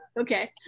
Okay